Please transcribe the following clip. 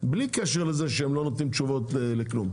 בלי קשר לזה שהם לא נותנים תשובות לכלום.